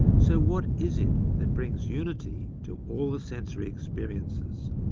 so what is it that brings unity to all the sensory experiences?